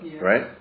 Right